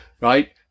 right